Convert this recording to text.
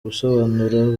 ubusobanuro